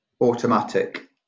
automatic